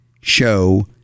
show